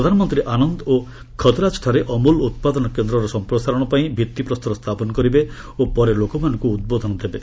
ପ୍ରଧାନମନ୍ତ୍ରୀ ଆନନ୍ଦ ଓ ଖତରାଜଠାରେ ଅମୁଲ ଉତ୍ପାଦନ କେନ୍ଦ୍ରର ସମ୍ପ୍ରସାରଣ ପାଇଁ ଭିତ୍ତିପ୍ରସ୍ତର ସ୍ଥାପନ କରିବେ ଓ ପରେ ଲୋକମାନଙ୍କୁ ଉଦ୍ବୋଧନ ଦେବେ